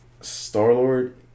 Star-Lord